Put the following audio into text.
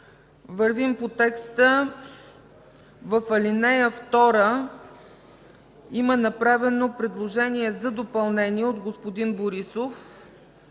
Вървим по текста. В ал. 2 има направено предложение за допълнение от господин Борисов,